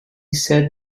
said